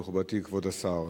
מכובדי כבוד השר,